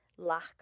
Lack